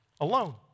alone